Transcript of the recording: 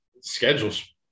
schedule's